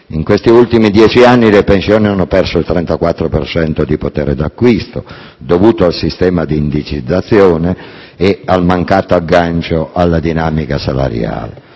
in questi ultimi dieci anni, infatti, le pensioni hanno perso il 34 per cento di potere d'acquisto, per via del sistema di indicizzazione e del mancato aggancio alla dinamica salariale.